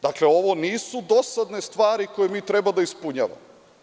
Dakle, ovo nisu dosadne stvari koje mi treba da ispunjavamo.